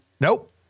Nope